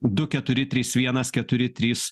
du keturi trys vienas keturi trys